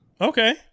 Okay